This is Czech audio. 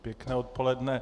Pěkné odpoledne.